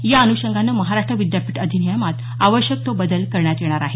या अनुषंगाने महाराष्ट्र विद्यापीठ अधिनियमात आवश्यक तो बदल करण्यात येणार आहे